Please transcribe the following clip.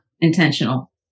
intentional